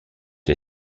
her